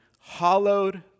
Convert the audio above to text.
hallowed